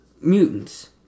mutants